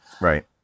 Right